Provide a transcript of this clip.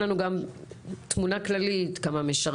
אני רוצה שתיתן לנו גם תמונה כללית כמה משרתים,